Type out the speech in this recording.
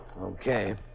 Okay